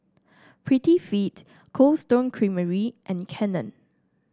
Prettyfit Cold Stone Creamery and Canon